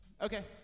Okay